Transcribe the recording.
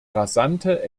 rasante